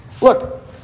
Look